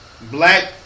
black